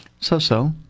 So-so